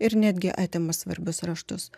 ir netgi atima svarbius raštus